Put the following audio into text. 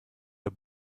der